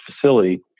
facility